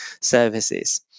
services